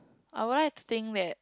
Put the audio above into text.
I would like to think that